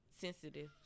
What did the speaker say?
sensitive